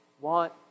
want